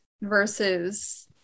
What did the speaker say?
versus